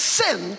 sin